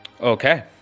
Okay